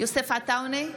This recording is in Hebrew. יוסף עטאונה,